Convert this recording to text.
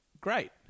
great